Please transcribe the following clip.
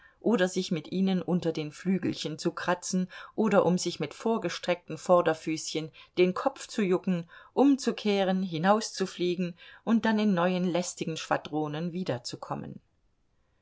oder sich mit ihnen unter den flügelchen zu kratzen oder um sich mit vorgestreckten vorderfüßchen den kopf zu jucken umzukehren hinauszufliegen und dann in neuen lästigen schwadronen wiederzukommen